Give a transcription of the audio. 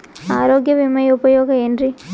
ಆರೋಗ್ಯ ವಿಮೆಯ ಉಪಯೋಗ ಏನ್ರೀ?